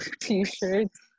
t-shirts